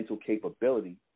capability